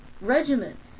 Regiments